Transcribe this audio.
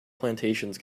plantations